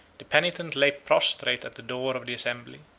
the penitent lay prostrate at the door of the assembly,